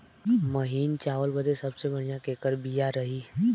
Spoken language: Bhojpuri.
महीन चावल बदे सबसे बढ़िया केकर बिया रही?